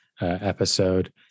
episode